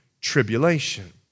tribulation